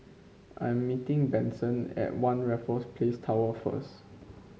I'm meeting Benson at One Raffles Place Tower first